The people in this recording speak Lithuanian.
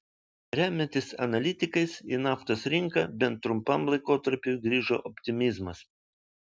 remiantis analitikais į naftos rinką bent trumpam laikotarpiui grįžo optimizmas